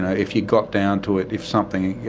and if you got down to it, if something,